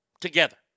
Together